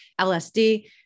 LSD